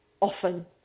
often